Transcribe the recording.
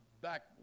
Back